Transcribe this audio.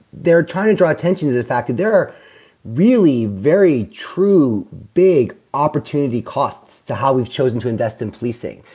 they're trying to draw attention to the fact that they're really very true big opportunity costs to how we've chosen to invest in policing.